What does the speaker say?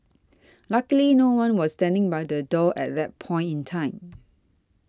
luckily no one was standing by the door at that point in time